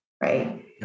right